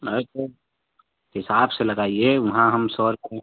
अरे तो हिसाब से लगाइए वहाँ हम सौ रुपए में